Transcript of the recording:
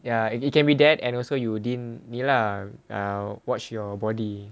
ya it it can be that and also you didn't ni lah um ah wash your body